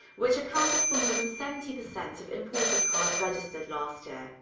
which accounted for more than seventy percent of imported cars registered last year.